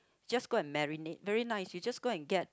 just go and marinate very nice you just go and get